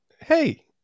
Hey